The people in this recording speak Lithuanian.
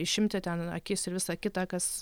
išimti ten akis ir visa kita kas